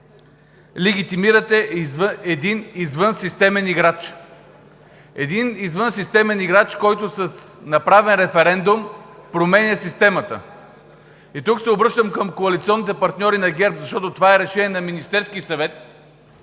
легитимирате един извънсистемен играч, който с направен референдум променя системата. И тук се обръщам към коалиционните партньори на ГЕРБ, защото това е решение на Министерския съвет